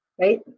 right